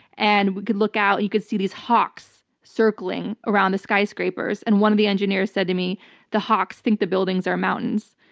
and we could look out. you could see these hawks circling around the skyscrapers. and one of the engineers said to me the hawks think the buildings are mountains.